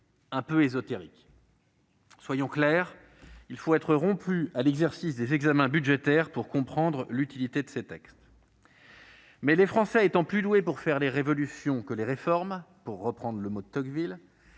un peu ésotérique. Soyons clairs : il faut être rompu à l'exercice des examens budgétaires pour comprendre l'utilité de ces textes ... Mais comme les Français sont plus doués pour faire la révolution que les réformes, pour reprendre la formule de Tocqueville,